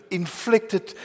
inflicted